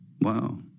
Wow